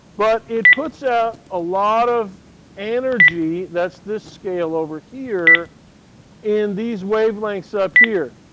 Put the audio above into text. but it puts out a lot of energy. that's this scale over here in these wavelengths up here.